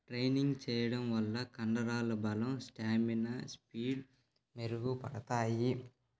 training చేయడం వల్ల కండరాల బలం స్టామినా స్పీడ్ మెరుగుపడతాయి